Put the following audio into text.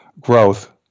growth